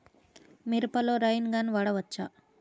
మిరపలో rain gun వాడవచ్చా?